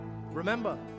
Remember